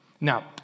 Now